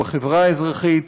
בחברה האזרחית,